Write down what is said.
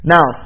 Now